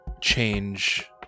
Change